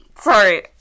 Sorry